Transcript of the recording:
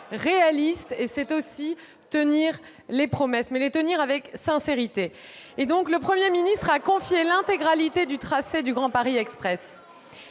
réaliste et tenir les promesses, mais les tenir avec sincérité. Le Premier ministre a confirmé l'intégralité du tracé du Grand Paris Express